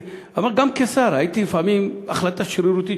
אבל גם כשר ראיתי לפעמים החלטה שרירותית